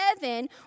heaven